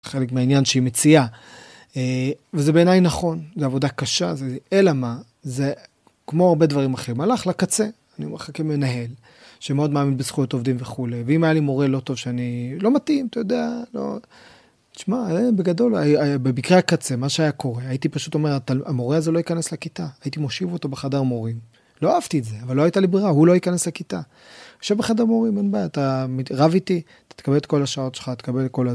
חלק מהעניין שהיא מציעה. וזה בעיניי נכון, זו עבודה קשה, אלא מה? זה, כמו הרבה דברים אחרים. הלך לקצה, אני אומר לך כמנהל, שמאוד מאמין בזכויות עובדים וכולי, ואם היה לי מורה לא טוב, שאני לא מתאים, אתה יודע, לא... תשמע, בגדול, במקרה הקצה, מה שהיה קורה, הייתי פשוט אומר, המורה הזה לא ייכנס לכיתה, הייתי מושיב אותו בחדר מורים. לא אהבתי את זה, אבל לא הייתה לי ברירה, הוא לא ייכנס לכיתה. יושב בחדר מורים, אין בעיה, אתה רב איתי, אתה תקבל את כל השעות שלך, אתה תקבל את כל הזמן.